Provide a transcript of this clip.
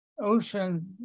ocean